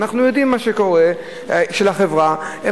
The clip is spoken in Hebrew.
של החברה הם